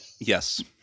yes